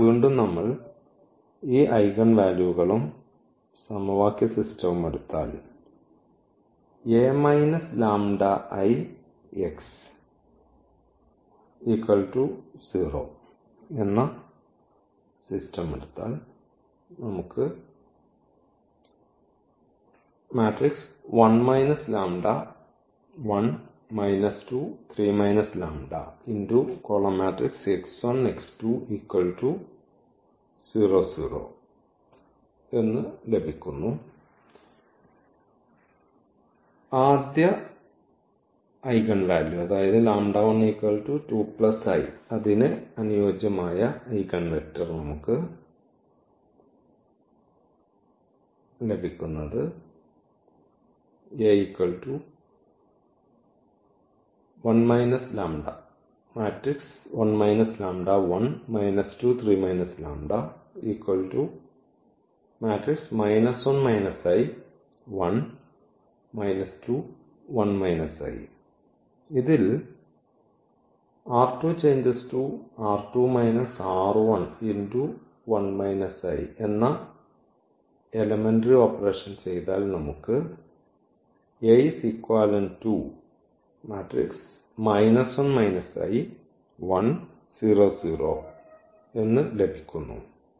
അതിനാൽ വീണ്ടും നമ്മൾ ഈ ഐഗൻ വാല്യൂകൾഉം സമവാക്യ സംവിധാനവും എടുത്താൽ ന് അനുയോജ്യമായ ഐഗൺ വെക്റ്റർ ഇതിൽ എന്ന എലമെന്ററി ഓപ്പറേഷൻ ചെയ്താൽ നമുക്ക് ലഭിക്കുന്നു